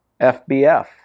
FBF